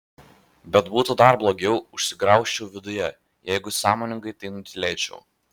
bet būtų dar blogiau užsigraužčiau viduje jeigu sąmoningai tai nutylėčiau